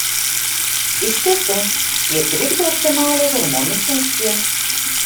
iš tiesų jie trikdo optimalią hormonų funkciją